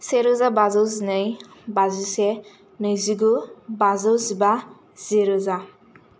सेरोजा बाजौ जिनै बाजिसे नैजिगु बाजौ जिबा जिरोजा